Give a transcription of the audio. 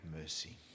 mercy